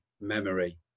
memory